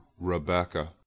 Rebecca